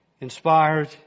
inspired